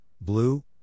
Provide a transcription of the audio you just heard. blue